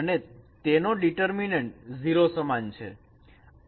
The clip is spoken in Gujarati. અને તેનો ડીટર્મિનન્ટ 0 સમાન છે